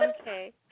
Okay